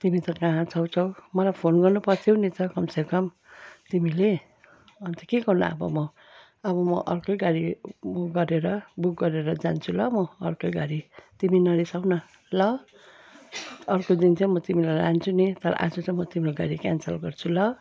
तिमी त कहाँ छौ छौ मलाई फोन गर्नु पर्थ्यो नि त कमसे कम तिमीले अन्त के गर्नु अब म अब म अर्कै गाडी उ गरेर बुक गरेर जान्छु ल म अर्कै गाडी तिमी नरिसाउन ल अर्को दिन चाहिँ म तिमीलाई लान्छु नि तर आज चाहिँ म तिम्रो गाडी क्यान्सल गर्छु ल